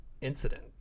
incident